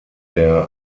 der